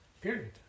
period